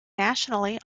nationally